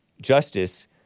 justice